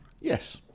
Yes